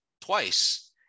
twice